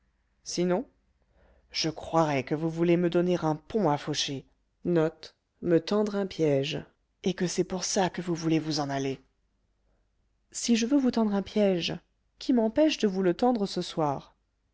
sinon sinon je croirais que vous voulez me donner un pont à faucher et que c'est pour ça que vous voulez vous en aller si je veux vous tendre un piège qui m'empêche de vous le tendre ce soir